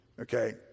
Okay